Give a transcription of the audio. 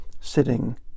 sitting